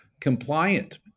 Compliant